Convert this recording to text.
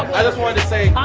i just wanna say ah